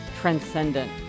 transcendent